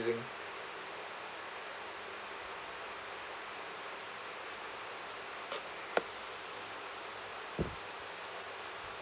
using